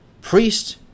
Priest